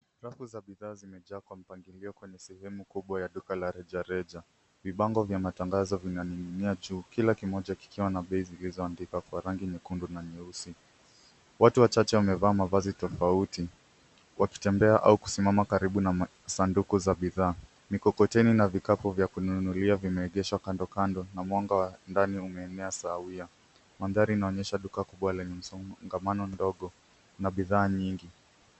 Rafu za bidhaa zimejaa kwa mpangilio kwenye sehemu kubwa ya duka la reja reja. Vibango vya matangazo vinaning'inia juu, kila kimoja kikiwa na bei zilizoandika kwa rangi nyekundu na nyeusi. Watu wachache wamevaa mavazi tofauti wakitembea au kusimama karibu na sanduku za bidhaa. Mikokoteni na vikapu vya kununulia vimeegeshwa kando kando na mwanga wa ndani umeenea sawia. Mandhari unaonyesha duka kubwa lenye msongamano ndogo na bidhaa nyingi.